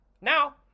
Now